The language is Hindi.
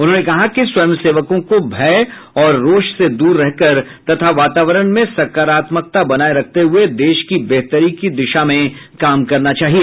उन्होंने कहा कि स्वयंसेवकों को भय और रोष से दूर रहकर तथा वातावरण में सकारात्मकता बनाये रखते हुए देश की बेहतरी की दिशा में काम करना चाहिए